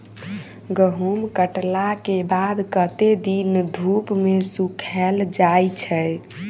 गहूम कटला केँ बाद कत्ते दिन धूप मे सूखैल जाय छै?